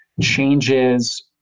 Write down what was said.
changes